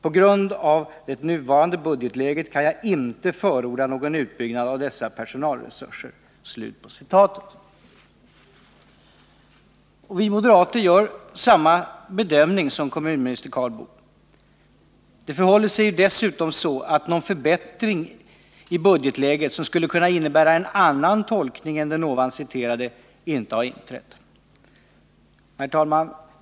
På grund av det nuvarande budgetläget kan jag inte förorda någon utbyggnad av dessa personalresurser.” Vi moderater gör samma bedömning som kommunminister Karl Boo. Det förhåller sig ju dessutom så, att någon förbättring i budgetläget som skulle kunna innebära en annan tolkning än den citerade icke har inträtt.